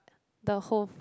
the whole f~